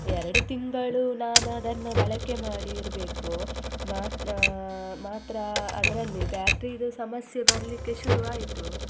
ಎರಡು ತಿಂಗಳು ನಾನದನ್ನು ಬಳಕೆ ಮಾಡಿರಬೇಕು ಮಾ ಮಾತ್ರ ಅದರಲ್ಲಿ ಬ್ಯಾಟ್ರಿದು ಸಮಸ್ಯೆ ಬರಲಿಕ್ಕೆ ಶುರು ಆಯಿತು